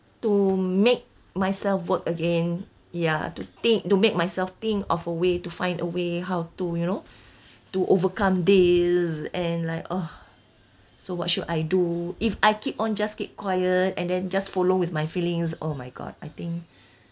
to make myself work again ya to think to make myself think of a way to find a way how to you know to overcome this and like ugh so what should I do if I keep on just keep quiet and then just follow with my feelings oh my god I think